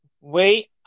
Wait